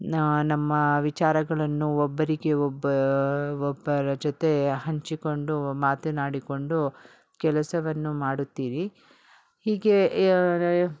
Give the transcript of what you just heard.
ನಮ್ಮ ವಿಚಾರಗಳನ್ನು ಒಬ್ಬರಿಗೆ ಒಬ್ಬ ಒಬ್ಬರ ಜೊತೆ ಹಂಚಿಕೊಂಡು ಮಾತನಾಡಿಕೊಂಡು ಕೆಲಸವನ್ನು ಮಾಡುತ್ತೀರಿ ಹೀಗೆ